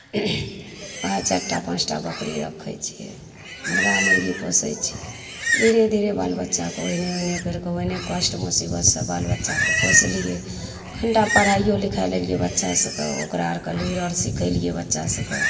वएह चारि टा पाँच टा बकरी रखै छिए मुरगा मुरगी पोसै छिए धीरे धीरे बाल बच्चाकेँ ओहिने ओहिने करिके ओहिने कष्ट मोसिबतसे बाल बच्चाकेँ पोसलिए कनिटा पढ़ाइओ लिखै लेलिए बच्चा सभकेँ ओकरा आओरकेँ लुरि आओर सिखैलिए बच्चा सभकेँ